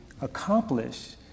accomplish